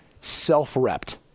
self-repped